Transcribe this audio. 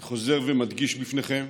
אני חוזר ומדגיש בפניכם